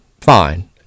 fine